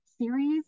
series